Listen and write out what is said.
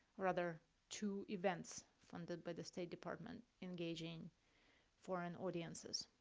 rather two events funded by the state department engaging foreign audiences.